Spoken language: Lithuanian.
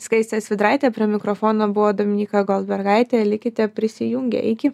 skaistė svidraitė prie mikrofono buvo dominyka goldbergaitė likite prisijungę iki